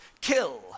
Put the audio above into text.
kill